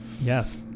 Yes